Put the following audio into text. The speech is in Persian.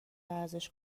ارزش